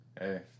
Hey